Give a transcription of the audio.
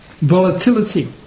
Volatility